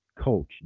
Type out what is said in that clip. coach